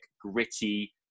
gritty